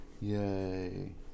yay